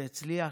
זה הצליח,